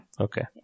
okay